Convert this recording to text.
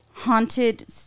Haunted